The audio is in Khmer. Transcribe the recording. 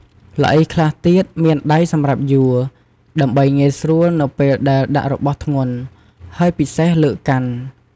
ល្អីខ្លះទៀតមានដៃសម្រាប់យួរ ដើម្បីងាយស្រួលនៅពេលដែលដាក់របស់ធ្ងន់ ហើយពិសេសលើកកាន់។